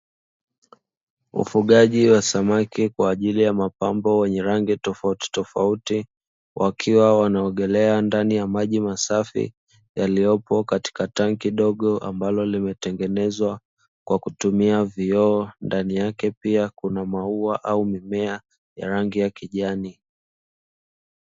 Ufugaji wa samaki kwa ajili ya mapambo, wenye rangi tofautitofauti, wakiwa wanaogelea ndani ya maji masafi yaliyopo katika tangi dogo, ambalo limetengenezwa kwa kutumia kioo. Ndani yake pia kuna maua au mimea ya rangi ya kijani.